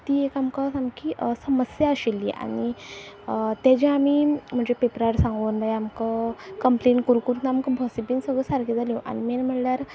ती एक आमकां सामकी समस्या आशिल्ली आनी तेजे आमी म्हणजे पेपरार सांगून आमकां कंप्लेन करून करून आमकां स बीन सगळ्यो सारक्यो जाल्यो आनी मेन म्हणल्यार